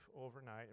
overnight